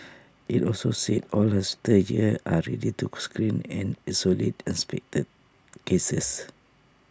IT also said all her stage here are ready to screen and isolate suspected cases